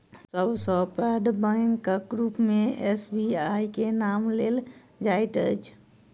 सब सॅ पैघ बैंकक रूप मे एस.बी.आई के नाम लेल जाइत अछि